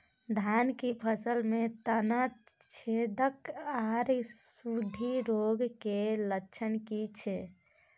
धान की फसल में तना छेदक आर सुंडी रोग के लक्षण की छै?